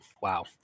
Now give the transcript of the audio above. wow